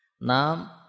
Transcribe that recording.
Nam